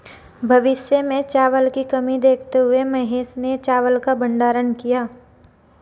भविष्य में चावल की कमी देखते हुए महेश ने चावल का भंडारण किया